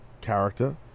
character